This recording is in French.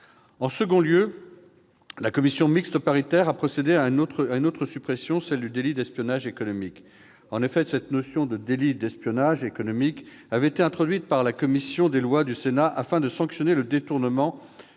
En second lieu, la commission mixte paritaire a procédé à une autre suppression, celle du délit d'espionnage économique. Cette notion avait été introduite par la commission des lois du Sénat, afin de sanctionner le détournement